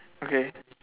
okay